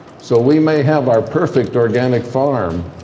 so we may have our perfect organic farm.